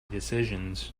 decisions